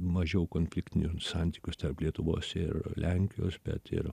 mažiau konfliktinius santykius tarp lietuvos ir lenkijos bet ir